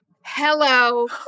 Hello